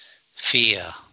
fear